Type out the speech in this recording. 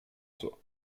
soit